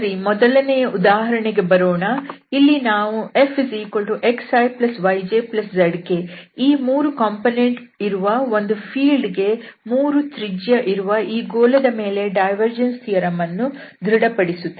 ಸರಿ ಮೊದಲನೆಯ ಉದಾಹರಣೆಗೆ ಬರೋಣ ಇಲ್ಲಿ ನಾವು Fxiyjzk ಈ 3 ಕಂಪೋನೆಂಟ್ ಇರುವ ಈ ಫೀಲ್ಡ್ ಗೆ 3 ತ್ರಿಜ್ಯ ವಿರುವ ಈ ಗೋಲದ ಮೇಲೆ ಡೈವರ್ಜೆನ್ಸ್ ಥಿಯರಂ ಅನ್ನು ಧೃಡಪಡಿಸುತ್ತೇವೆ